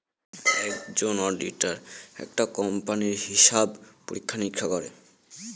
একজন অডিটার একটা কোম্পানির হিসাব পরীক্ষা নিরীক্ষা করে